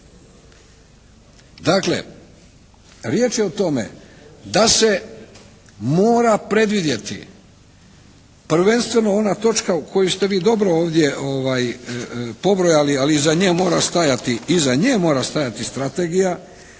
Dakle riječ je o tome da se mora predvidjeti prvenstveno ona točka koju ste vi dobro ovdje pobrojali ali iza nje mora stajati, iza